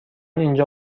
اینجا